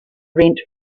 rent